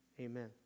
amen